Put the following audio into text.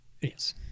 Yes